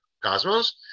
Cosmos